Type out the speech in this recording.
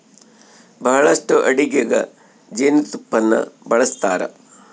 ಬಹಳಷ್ಟು ಅಡಿಗೆಗ ಜೇನುತುಪ್ಪನ್ನ ಬಳಸ್ತಾರ